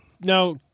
now